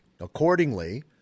Accordingly